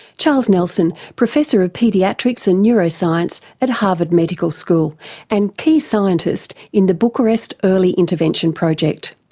charles nelson, professor of paediatrics and neuroscience at harvard medical school and key scientist in the bucharest early intervention project.